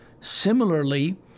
Similarly